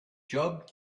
job